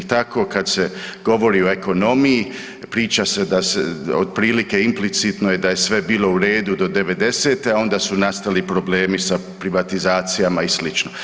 Tako kad se govori o ekonomiji, priča se da se otprilike, implicitno je da je sve bilo u redu do '90., a onda su nastali problemi za privatizacijama i slično.